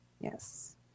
Yes